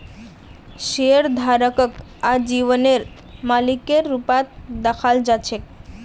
शेयरधारकक आजीवनेर मालिकेर रूपत दखाल जा छेक